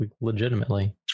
legitimately